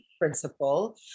Principle